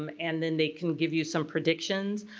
um and then they can give you some predictions.